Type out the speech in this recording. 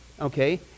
okay